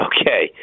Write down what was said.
Okay